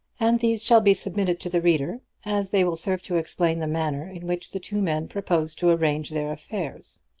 and these shall be submitted to the reader, as they will serve to explain the manner in which the two men proposed to arrange their affairs.